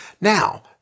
Now